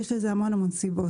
יש לזה המון סיבות.